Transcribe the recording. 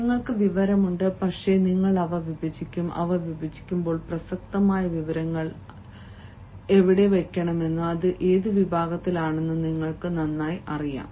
നിങ്ങൾക്ക് വിവരമുണ്ട് പക്ഷേ നിങ്ങൾ അവ വിഭജിക്കും അവ വിഭജിക്കുമ്പോൾ പ്രസക്തമായ വിവരങ്ങൾ എവിടെ വയ്ക്കണമെന്നും ഏത് വിഭാഗത്തിലാണെന്നും നിങ്ങൾക്ക് നന്നായി അറിയാം